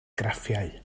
graffiau